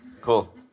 Cool